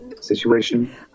situation